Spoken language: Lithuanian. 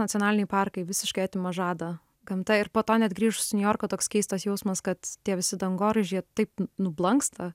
nacionaliniai parkai visiškai atima žadą gamta ir po to net grįžus į niujorką toks keistas jausmas kad tie visi dangoraižiai taip nublanksta